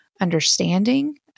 understanding